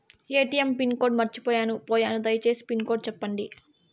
ATM pin code మర్చిపోయాను పోయాను దయసేసి పిన్ కోడ్ సెప్పండి?